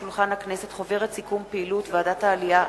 חוברת סיכום פעילות ועדת העלייה,